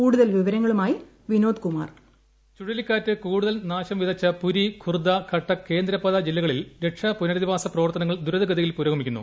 കൂടുതൽ വിവരങ്ങളുമായി വിനോദ് കുമാർ ചുഴലിക്കാറ്റ് കൂടുതൽ നാശം വിതിച്ച പുരി ഖുർദ കട്ടക് കേന്ദ്രപദ ജില്ലകളിൽ രക്ഷാപുനരധിവാസ പ്രവർത്തനങ്ങൾ ദ്രുതഗതിയിൽ പുരോഗമിക്കുന്നു